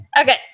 Okay